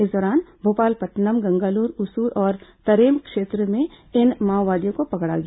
इस दौरान भोपालपट्नम गंगालूर उसूर और तर्रेम क्षेत्र से इन माओवादियों को पकड़ा गया